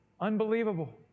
Unbelievable